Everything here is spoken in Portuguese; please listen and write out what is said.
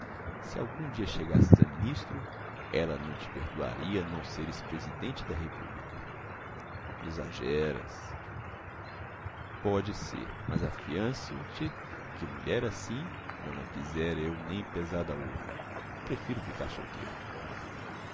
se algum dia chegasses a ministro ela não te perdoaria não seres presidente da república exageras pode ser mas afianço te que mulher assim não a quisera eu nem pesada a ouro prefiro ficar solteiro